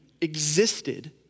existed